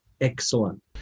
Excellent